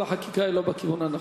כל החקיקה היא לא בכיוון הנכון.